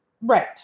Right